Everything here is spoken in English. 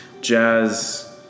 jazz